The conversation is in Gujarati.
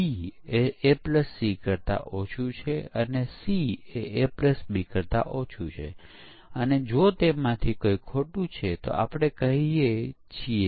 જરૂરિયાત સ્પષ્ટીકરણ દરમિયાન આપણે સિસ્ટમ પરીક્ષણ પ્રવૃત્તિઓની યોજના કરીએ છીએ